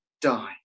die